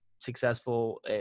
successful